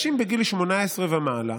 נוכח אוסאמה סעדי,